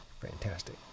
fantastic